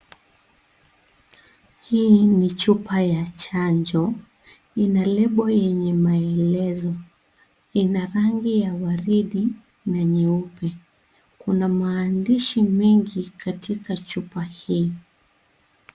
Hii ni chupa ya chanjo ina lebo yenye maelezo ina rangi ya waridi na nyeupe kuna maandishi mengi katika chupa hii.